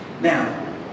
Now